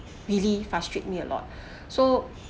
really frustrate me a lot so